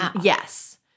yes